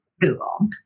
Google